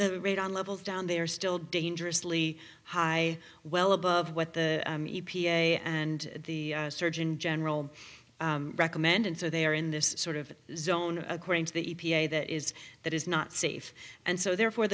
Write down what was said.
the rate on levels down they are still dangerously high well above what the e p a and the surgeon general recommended so they are in this sort of zone according to the e p a that is that is not safe and so therefore